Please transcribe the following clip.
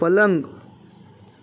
પલંગ